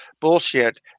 Bullshit